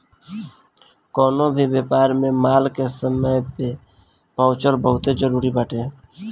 कवनो भी व्यापार में माल के समय पे पहुंचल बहुते जरुरी बाटे